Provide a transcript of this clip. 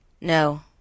No